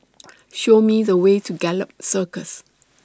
Show Me The Way to Gallop Circus